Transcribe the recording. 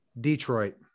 Detroit